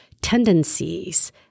tendencies